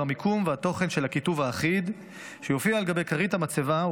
המיקום והתוכן של הכיתוב האחיד שיופיע על גבי כרית המצבה,